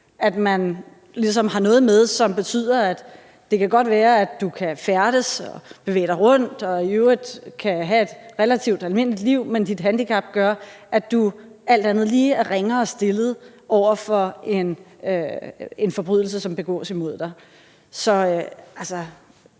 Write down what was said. ligesom har noget med, som betyder, at det godt kan være, at du kan færdes og bevæge dig rundt og i øvrigt kan have et relativt almindeligt liv, men dit handicap gør, at du alt andet lige er ringere stillet over for en forbrydelse, som begås imod dig. Ordføreren,